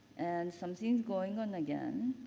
and something's going on again.